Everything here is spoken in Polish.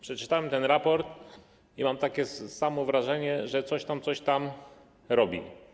Przeczytałem ten raport i mam takie samo wrażenie, że coś tam, coś tam robi.